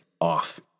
off